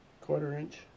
Quarter-inch